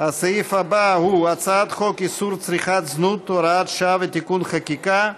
הסעיף הבא הוא הצעת חוק איסור צריכת זנות (הוראת שעה ותיקון חקיקה),